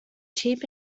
cheap